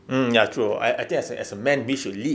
mm ya true I I think as a man we should lead